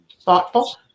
thoughtful